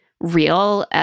real